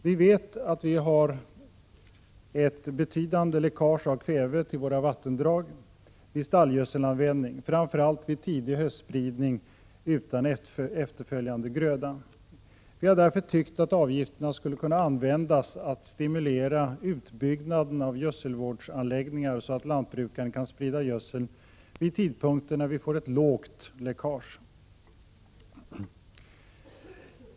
Vi vet att vi har ett betydande läckage av kväve till våra vattendrag vid stallgödselanvändning, framför allt vid tidig höstspridning utan efterföljande gröda. Vi har därför tyckt att avgifterna skulle kunna användas till att stimulera utbyggnaden av gödselvårdsanläggningar så att lantbrukaren kan sprida gödseln vid tidpunkter när vi får lågt läckage.